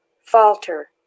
falter